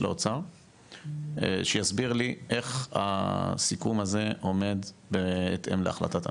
האוצר שיסביר לי איך הסיכום הזה בהתאם להחלטת הממשלה.